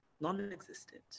non-existent